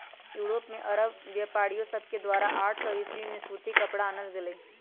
Europe में अरब व्यापारिय सभके द्वारा आठ सौ ईसवी में सूती कपरा आनल गेलइ